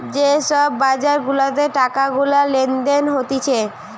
যে সব বাজার গুলাতে টাকা গুলা লেনদেন হতিছে